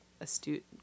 astute